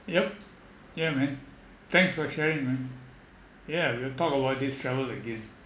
yup ya man thanks for sharing man yeah we'll talk about this travel again